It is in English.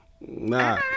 Nah